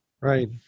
Right